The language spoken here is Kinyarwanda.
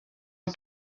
rya